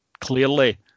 clearly